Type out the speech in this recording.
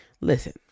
Listen